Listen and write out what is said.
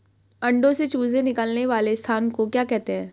अंडों से चूजे निकलने वाले स्थान को क्या कहते हैं?